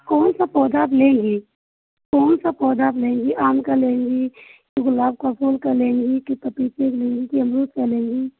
कौन सा पौधा आप लेंगी कौन सा पौधा आप लेंगी आम का लेंगी गुलाब का फूल का लेंगी कि पपीते का लेंगी कि अमरूद का लेंगी